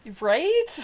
Right